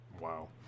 Wow